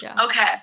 Okay